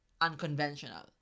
unconventional